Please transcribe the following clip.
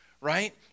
right